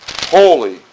holy